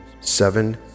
seven